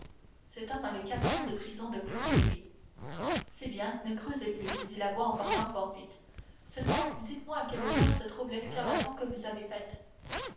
cet homme avait quatre ans de prison de plus que lui c'est bien ne creusez plus dit la voix en parlant fort vite seulement dites-moi à quelle hauteur se trouve l'excavation que vous avez faite